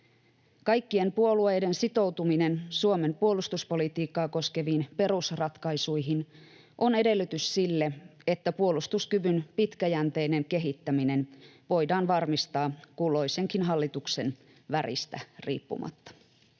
Kaikkien puolueiden sitoutuminen Suomen puolustuspolitiikkaa koskeviin perusratkaisuihin on edellytys sille, että puolustuskyvyn pitkäjänteinen kehittäminen voidaan varmistaa kulloisenkin hallituksen väristä riippumatta.